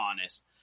honest